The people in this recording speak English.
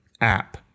app